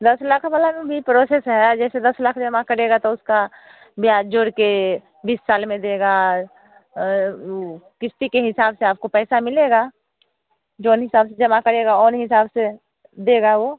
दस लाख वाला में भी प्रोसैस है जैसे दस लाख जमा करिएगा तो उसका ब्याज जोड़ कर बीस साल में देगा और वह क़िस्त के हिसाब से आपको पैसा मिलेगा जौन हिसाब से जमा करिएगा औन हिसाब से देगा वह